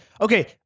okay